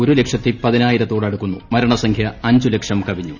ഒരു ലക്ഷത്തി പതിനായിരത്തോടടുക്കുന്നു മരണ സംഖ്യ അഞ്ചുലക്ഷം കവിഞ്ഞു